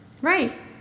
Right